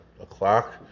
o'clock